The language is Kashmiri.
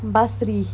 بصری